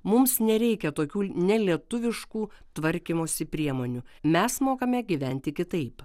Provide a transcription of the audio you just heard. mums nereikia tokių nelietuviškų tvarkymosi priemonių mes mokame gyventi kitaip